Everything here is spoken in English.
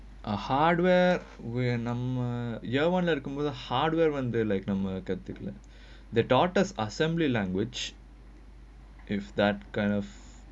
a hardware நாமமே காட்டுக்குள்ளே:nammae kaatukullae year one computer hardware when they're like the daughters assembly language if that kind of